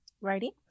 Righty